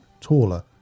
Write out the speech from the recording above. taller